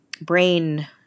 brain